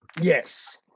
Yes